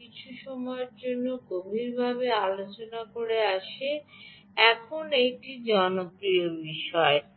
কিছু সময়ের জন্য গভীরভাবে আলোচনা করে আসছি এখন জনপ্রিয় বিষয়গুলি